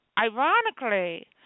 ironically